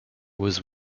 was